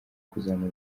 kuzamura